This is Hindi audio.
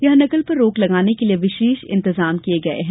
यहां नकल पर रोक लगाने के लिये विशेष इंतजाम किये गये हैं